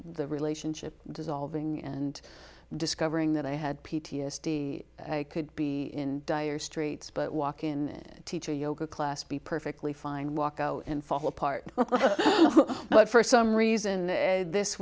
the relationship dissolving and discovering that i had p t s d i could be in dire straits but walk in teacher yoga class be perfectly fine walk out and fall apart but for some reason